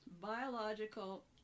biological